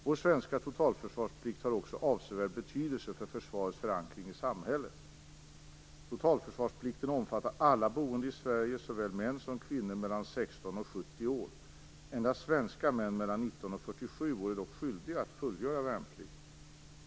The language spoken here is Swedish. Vår svenska totalförsvarsplikt har också avsevärd betydelse för försvarets förankring i samhället. Endast svenska män mellan 19 och 47 år är dock skyldiga att fullgöra värnplikt.